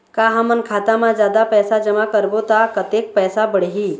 का हमन खाता मा जादा पैसा जमा करबो ता कतेक पैसा बढ़ही?